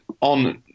on